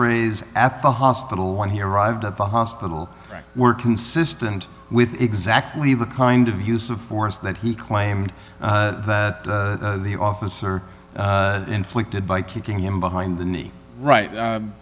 rays at the hospital when he arrived at the hospital were consistent with exactly the kind of use of force that he claimed the officer inflicted by kicking him behind the knee right